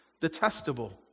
detestable